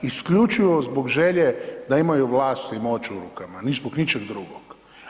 Isključivo zbog želje da imaju vlast i moć u rukama, ni zbog ničeg drugog.